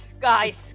guys